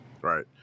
right